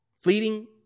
fleeting